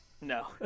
no